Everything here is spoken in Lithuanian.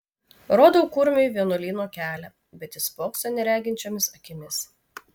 rodau kurmiui vienuolyno kelią bet jis spokso nereginčiomis akimis